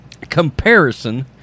comparison